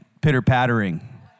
pitter-pattering